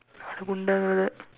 அட புண்ட:ada punda